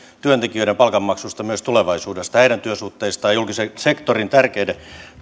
työntekijöiden palkanmaksusta myös tulevaisuudessa heidän työsuhteistaan ja julkisen sektorin tärkeiden